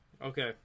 Okay